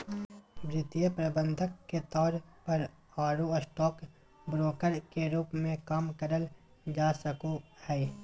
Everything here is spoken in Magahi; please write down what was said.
वित्तीय प्रबंधक के तौर पर आरो स्टॉक ब्रोकर के रूप मे काम करल जा सको हई